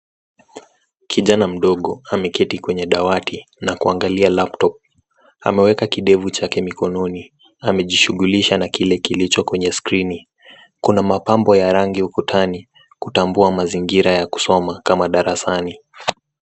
Kijana mdogo ameketi kwenye dawati na kuangalia laptop .Ameweka kidevu chake mikononi. Amejishughulisha kile kilicho kwenye skrini. Kuna mapambo ya rangi ukutani kutambua mazingira ya kusoma kama darasani.